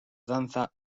danzas